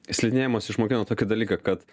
slidinėjimas išmokino tokį dalyką kad